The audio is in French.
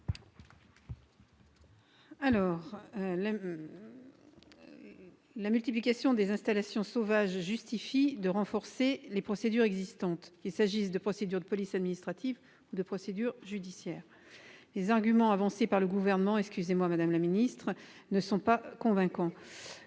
? La multiplication des installations « sauvages » justifie de renforcer les procédures existantes, qu'il s'agisse de procédures de police administrative ou de procédures judiciaires. Les arguments avancés par le Gouvernement- veuillez m'en excuser, madame la ministre ! -ne sont pas convaincants.